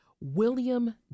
William